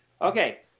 Okay